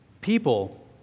people